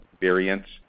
variants